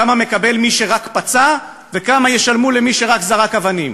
כמה מקבל מי שרק פצע וכמה ישלמו למי שרק זרק אבנים.